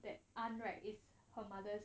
that aunt right is her mother's